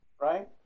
right